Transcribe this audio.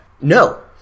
No